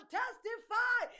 testify